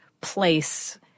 place